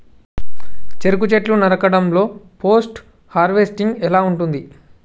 చెరుకు చెట్లు నరకడం లో పోస్ట్ హార్వెస్టింగ్ ఎలా ఉంటది?